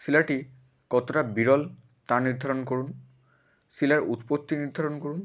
শিলাটি কতটা বিরল তা নির্ধারণ করুন শিলার উৎপত্তি নির্ধারণ করুন